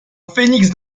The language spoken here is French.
phénix